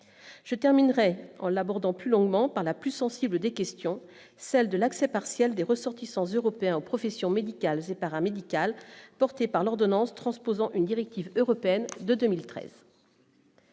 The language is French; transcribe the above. je terminerai en l'abordant plus longuement par la plus sensible, des questions, celle de l'accès partiel des ressortissants européens aux professions médicales et paramédicales, porté par l'ordonnance transposant une directive européenne de 2013.